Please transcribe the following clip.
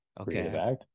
Okay